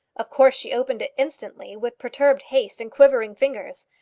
of course she opened it instantly with perturbed haste and quivering fingers.